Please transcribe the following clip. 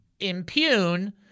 Impune